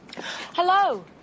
Hello